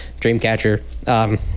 Dreamcatcher